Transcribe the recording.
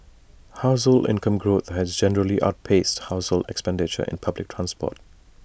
household income growth has generally outpaced household expenditure in public transport